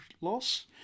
loss